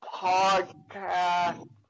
podcast